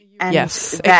Yes